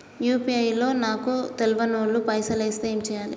UPI లో నాకు తెల్వనోళ్లు పైసల్ ఎస్తే ఏం చేయాలి?